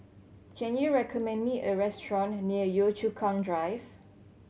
can you recommend me a restaurant near Yio Chu Kang Drive